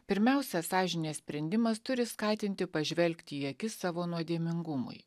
pirmiausia sąžinės sprendimas turi skatinti pažvelgti į akis savo nuodėmingumui